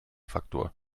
faktor